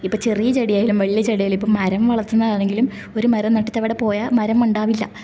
ഇപ്പം ചെറിയ ചെടിയായാലും വലിയ ചെടിയായാലും ഇപ്പം മരം വളർത്തുന്നതാണെങ്കിലും ഒരു മരം നട്ടിടവിട പോയാൽ മരമുണ്ടാവില്ല